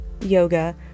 yoga